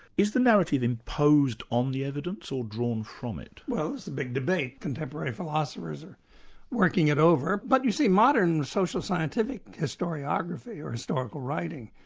is the narrative imposed on the evidence or drawn from it? well, this is the big debate. contemporary philosophers are working it over. but you see, modern social scientific historiography, or historical writing,